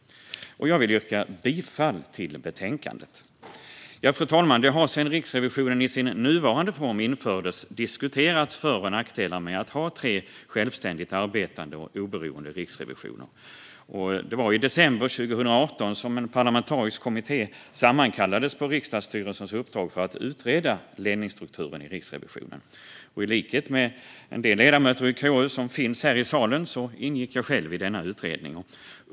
Jag vill yrka bifall till utskottets förslag i betänkandet. Fru talman! Det har sedan Riksrevisionen i sin nuvarande form infördes diskuterats för och nackdelar med att ha tre självständigt arbetande och oberoende riksrevisorer. Det var i december 2018 som en parlamentarisk kommitté sammankallades på riksdagsstyrelsens uppdrag för att utreda ledningsstrukturen i Riksrevisionen. I likhet med en del ledamöter i KU, som finns här i salen, ingick jag själv i denna utredning.